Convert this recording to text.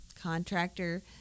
Contractor